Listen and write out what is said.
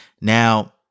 Now